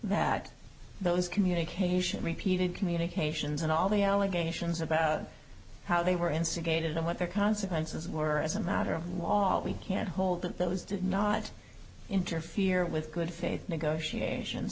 that those communication repeated communications and all the allegations about how they were instigated and what their consequences were as a matter of law we can hold that those did not interfere with good faith negotiations